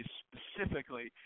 specifically